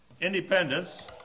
Independence